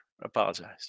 apologize